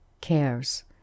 cares